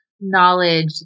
knowledge